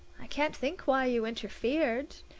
i can't think why you interfered.